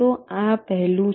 તો આ પહેલું છે